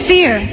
Fear